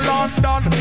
London